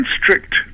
strict